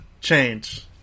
change